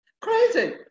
Crazy